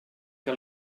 que